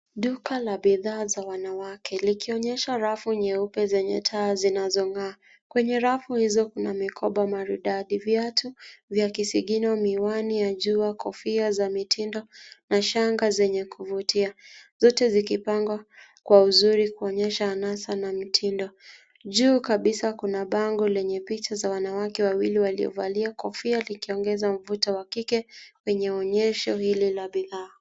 Duka la bidhaa za wanawake likionyesha rafu nyeupe zenye taa zinazongaa. Kwenye rafu hizo kuna mikoba maridadi, viatu vya kisigino, miwani ya jua, kofia za mitindo na shanga zenye kuvutia; zote zikipangwa kwa uzuri kuonyesha anasa na mitindo. Juu kabisa kuna bango lenye picha za wanawake wawili waliovalia kofia likiongeza mvuto wa kike kwenye onyesho hilo la bidhaa.